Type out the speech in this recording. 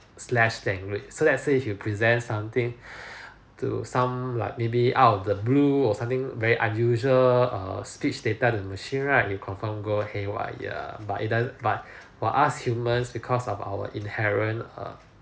slash language so let's say if you present something to some like maybe out of the blue or something very unusual err speech data to machine right you confirm go haywire but it does but but for us human because of our inherent err